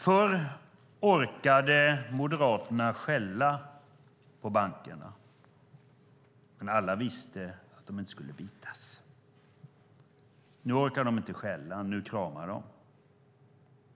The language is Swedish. Förr orkade Moderaterna skälla på bankerna. Men alla visste att de inte skulle bitas. Nu orkar de inte skälla. Nu kramar de.